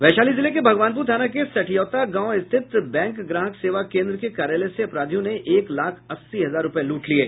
वैशाली जिले के भगवानपुर थाना के सठियौता गांव स्थित बैंक ग्राहक सेवा केन्द्र के कार्यालय से अपराधियों ने एक लाख अस्सी हजार रुपये लूट लिये